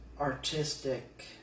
artistic